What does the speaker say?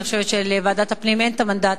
אני חושבת שלוועדת הפנים אין המנדט